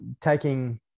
taking